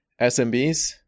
SMBs